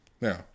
Now